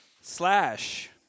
Slash